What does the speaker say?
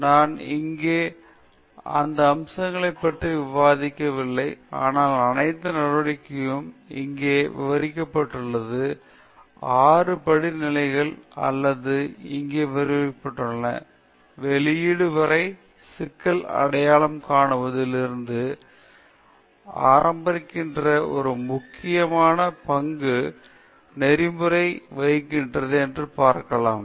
நான் இங்கே அந்த அம்சங்களைப் பற்றி விவாதிக்கவில்லை ஆனால் அனைத்து நடவடிக்கைகளையும் இங்கே விவரிக்கப்பட்டுள்ள ஆறு படிநிலைகள் அல்லது இங்கே விவரிக்கப்பட்டுள்ளன வெளியீடு வரை சிக்கலை அடையாளம் காணுவதில் இருந்து ஆரம்பிக்கின்ற ஒரு மிக முக்கியமான பங்கு நெறிமுறைகள் வகிக்கிறது என்று பார்க்கலாம்